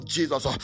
Jesus